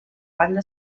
banda